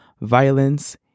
violence